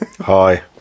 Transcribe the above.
Hi